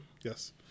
Yes